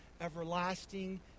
everlasting